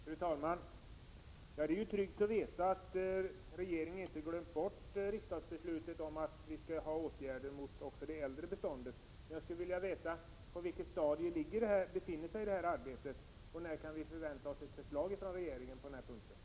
Fru talman! Det är tryggt att veta att regeringen inte har glömt bort riksdagsbeslutet om att vi skall ha åtgärder också mot det äldre beståndet. Men jag skulle vilja veta på vilket stadium det arbetet befinner sig och när vi kan förvänta oss ett förslag från regeringen på den här punkten.